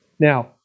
Now